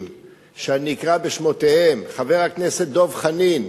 שאני אקרא בשמותיהם: חבר הכנסת דב חנין,